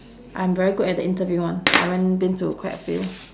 I'm very good at the interview [one] I went been to quite a few